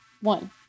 One